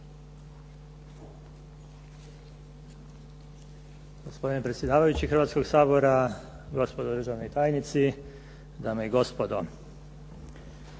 Hrvatskoga sabora,